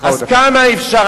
אז כמה אפשר?